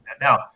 now